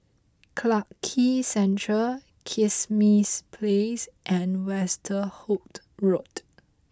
Clarke Quay Central Kismis Place and Westerhout Road